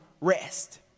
rest